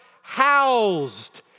housed